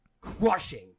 crushing